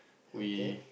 we